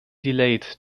delayed